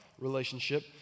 relationship